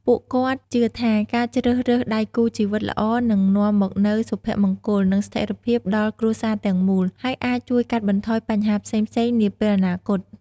ពួកគាត់ជឿថា ការជ្រើសរើសដៃគូជីវិតល្អនឹងនាំមកនូវសុភមង្គល និងស្ថិរភាពដល់គ្រួសារទាំងមូល ហើយអាចជួយកាត់បន្ថយបញ្ហាផ្សេងៗនាពេលអនាគត។